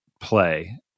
play